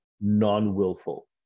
non-willful